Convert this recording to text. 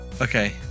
Okay